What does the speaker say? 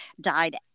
died